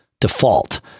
default